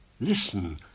Listen